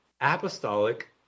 apostolic